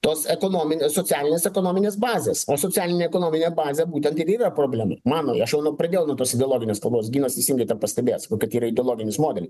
tos ekonomin socialinės ekonominės bazės o socialinė ekonominė bazė būtent ir yra problema mano aš jau pradėjau nuo tos ideologinės kalbos ginas teisingai tą pastebėjęs kad yra ideologinis modelis